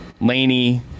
Laney